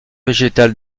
végétale